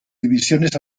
divisiones